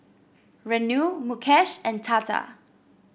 Renu Mukesh and Tata